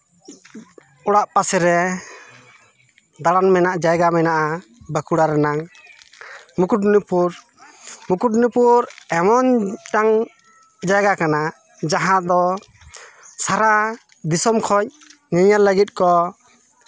ᱚᱲᱟᱜ ᱯᱟᱥᱮᱨᱮ ᱫᱟᱬᱟᱱ ᱢᱮᱱᱟᱜᱼᱟ ᱡᱟᱭᱜᱟ ᱢᱮᱱᱟᱜᱼᱟ ᱵᱟᱸᱠᱩᱲᱟ ᱨᱮᱱᱟᱝ ᱢᱩᱠᱩᱴᱢᱚᱱᱤᱯᱩᱨ ᱢᱩᱠᱩᱴᱢᱚᱱᱤᱯᱩᱨ ᱮᱢᱚᱱ ᱢᱤᱫᱴᱟᱱ ᱡᱟᱭᱜᱟ ᱠᱟᱱᱟ ᱡᱟᱦᱟᱸ ᱫᱚ ᱥᱟᱨᱟ ᱫᱤᱥᱚᱢ ᱠᱷᱚᱱ ᱧᱮᱧᱮᱞ ᱞᱟᱹᱜᱤᱫ ᱠᱚ